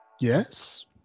Yes